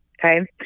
okay